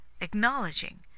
acknowledging